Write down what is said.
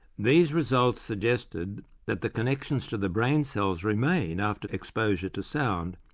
these results suggested that the connections to the brain cells remain after exposure to sound,